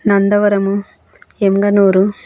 Nandavaram Yemmiganur